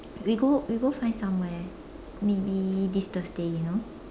we go we go find somewhere maybe this Thursday you know